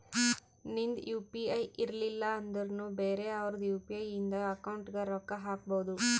ನಿಂದ್ U P I ಇರ್ಲಿಲ್ಲ ಅಂದುರ್ನು ಬೇರೆ ಅವ್ರದ್ ಯು.ಪಿ.ಐ ಇಂದ ಅಕೌಂಟ್ಗ್ ರೊಕ್ಕಾ ಹಾಕ್ಬೋದು